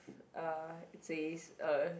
uh it says